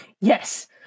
Yes